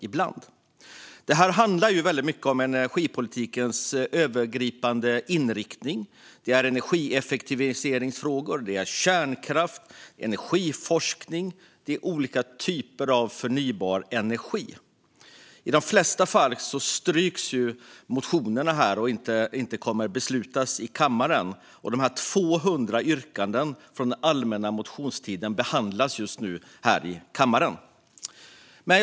Motionsyrkandena handlar väldigt mycket om energipolitikens övergripande inriktning, energieffektivisering, kärnkraft, energiforskning och olika typer av förnybar energi. I de flesta fall avstyrks motionerna i utskottet och kommer inte att beslutas i kammaren. Och dessa drygt 200 motionsyrkanden från allmänna motionstiden behandlas just nu här i kammaren.